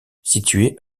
située